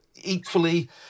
equally